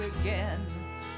again